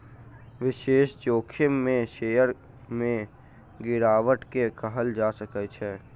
निवेश जोखिम में शेयर में गिरावट के कहल जा सकै छै